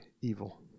evil